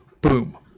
Boom